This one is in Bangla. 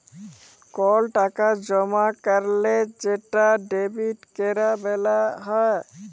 কল টাকা জমা ক্যরলে সেটা ডেবিট ক্যরা ব্যলা হ্যয়